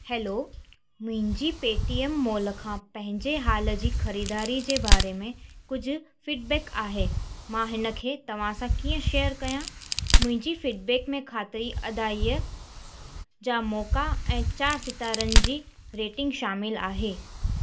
hello मुहिंजी Paytm mall खां पहिंजे हाल जी खरीदारीअ जे बारे में कुझु फ़िडबैक आहे मां हिन खे तव्हां सां कीअं शेयर कयां मुंहिंजी फ़िडबैक में खातिरी अदाईय जा मोक़ा ऐं चारि सितारनि जी रेटिंग शामिल आहे